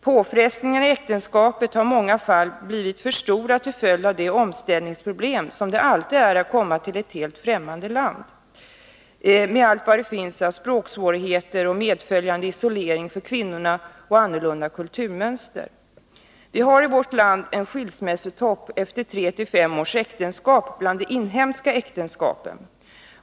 Påfrestningarna i äktenskapet har i många fall blivit för stora till följd av de omställningsproblem som det alltid innebär att komma till ett främmande land med allt vad det innebär av språksvårigheter och ett annat kulturmönster med medföljande isolering för kvinnorna. Vi hari vårt land en skilsmässotopp efter tre till fem års äktenskap bland de inhemska äktenskapen.